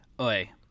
Oi